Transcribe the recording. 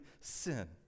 Sin